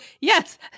yes